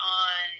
on